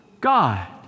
God